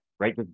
right